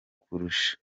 kurusha